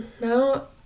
now